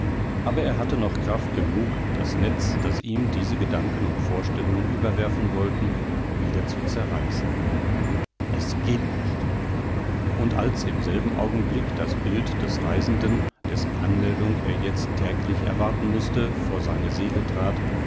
aber er hatte noch kraft genug das netz das ihm diese gedanken und vorstellungen überwerfen wollten wieder zu zerreißen es geht nicht und als im selben augenblick das bild des reisenden dessen anmeldung er jetzt täglich erwarten mußte vor seine seele trat